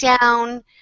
down